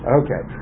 okay